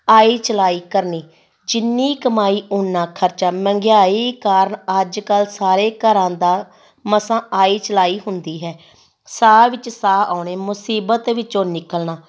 ਆਈ ਚਲਾਈ ਕਰਨੀ ਜਿੰਨੀ ਕਮਾਈ ਉੰਨਾ ਖਰਚਾ ਮਹਿੰਗਾਈ ਕਾਰਨ ਅੱਜ ਕੱਲ੍ਹ ਸਾਰੇ ਘਰਾਂ ਦਾ ਮਸਾਂ ਆਈ ਚਲਾਈ ਹੁੰਦੀ ਹੈ ਸਾਹ ਵਿੱਚ ਸਾਹ ਆਉਣੇ ਮੁਸੀਬਤ ਵਿੱਚੋਂ ਨਿਕਲਣਾ